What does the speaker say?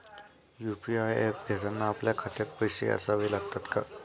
UPI app घेताना आपल्या खात्यात पैसे असावे लागतात का?